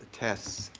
tests